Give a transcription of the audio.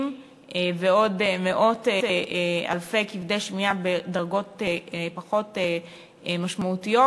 ועוד מאות אלפי כבדי שמיעה בדרגות פחות משמעותיות,